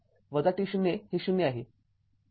t० हे ० आहे